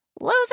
Loser